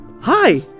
Hi